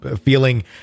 feeling